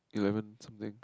eleven something